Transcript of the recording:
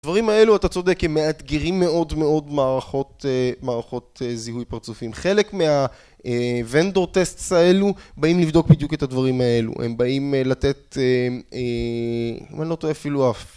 דברים האלו, אתה צודק, הם מאתגרים מאוד מאוד מערכות זיהוי פרצופים. חלק מהוונדורטסטס האלו באים לבדוק בדיוק את הדברים האלו. הם באים לתת... אם אני לא טועה אפילו אף.